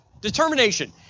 Determination